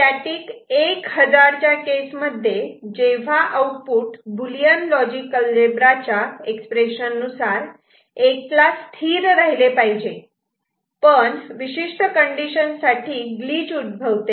static 1 hazard च्या case मध्ये जेव्हा आउटपुट बुलियन लॉजिक अल्जेब्रा च्या एक्सप्रेशन नुसार 1 ला स्थिर राहिले पाहिजे पण विशिष्ट कंडिशन साठी ग्लिच उद्भवते